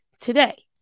today